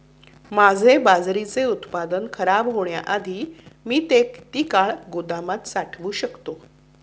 माझे बाजरीचे उत्पादन खराब होण्याआधी मी ते किती काळ गोदामात साठवू शकतो?